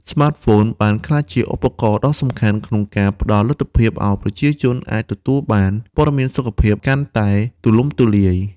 ស្មាតហ្វូនបានក្លាយជាឧបករណ៍ដ៏សំខាន់ក្នុងការផ្តល់លទ្ធភាពឲ្យប្រជាជនអាចទទួលបាន ព័ត៌មានសុខភាព កាន់តែទូលំទូលាយ។